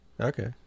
Okay